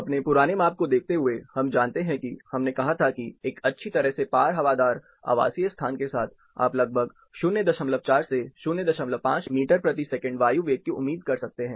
अपने पुराने माप को देखते हुए हम जानते हैं कि हमने कहा था की एक अच्छी तरह से पार हवादार आवासीय स्थान के साथ आप लगभग 04 से 05 मीटर प्रति सेकंड वायु वेग की उम्मीद कर सकते हैं